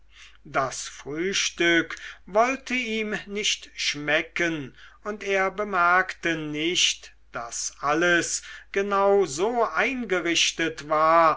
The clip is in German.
das frühstück wollte ihm nicht schmecken und er bemerkte nicht daß alles genau so eingerichtet war